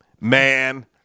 man